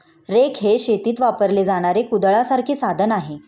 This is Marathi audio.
रेक हे शेतीत वापरले जाणारे कुदळासारखे साधन आहे